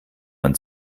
man